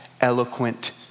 eloquent